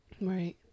Right